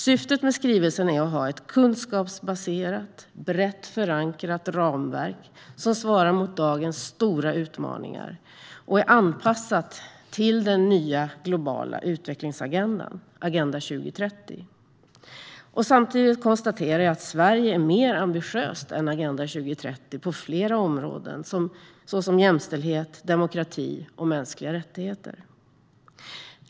Syftet med skrivelsen är att ha ett kunskapsbaserat och brett förankrat ramverk som svarar mot dagens stora utmaningar och är anpassat till den nya globala utvecklingsagendan, Agenda 2030. Samtidigt konstaterar jag att Sverige är mer ambitiöst än Agenda 2030 på flera områden, såsom jämställdhet, demokrati och mänskliga rättigheter.